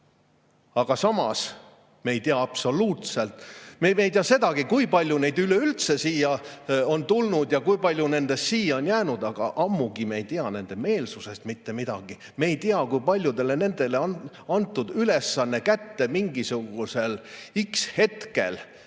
Aga samas me ei tea absoluutselt [midagi]. Me ei tea sedagi, kui palju neid üleüldse siia on tulnud ja kui paljud nendest siia on jäänud, aga ammugi me ei tea nende meelsusest mitte midagi. Me ei tea, kui paljudele on antud ülesanne mingisugusel x hetkel